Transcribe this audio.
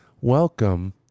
welcome